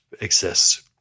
exists